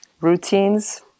routines